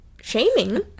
shaming